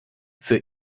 für